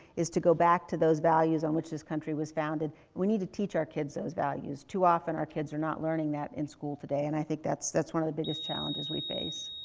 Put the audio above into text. is to go back to those values on which this country was founded. and we need to teach our kids those values. too often, our kids are not learning that in school today. and i think that's, that's one of the biggest challenges we face.